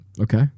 Okay